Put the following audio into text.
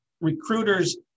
recruiters